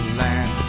land